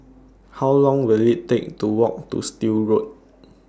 How Long Will IT Take to Walk to Still Road